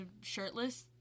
shirtless